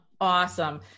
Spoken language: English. Awesome